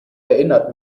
erinnert